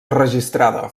registrada